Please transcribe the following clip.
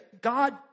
God